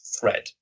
thread